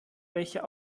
welcher